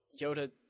Yoda